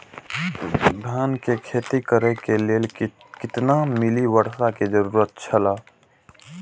धान के खेती करे के लेल कितना मिली वर्षा के जरूरत छला?